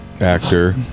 actor